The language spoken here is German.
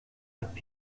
hatten